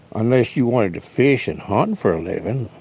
unless you wanted to fish and hunt and for a living,